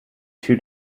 two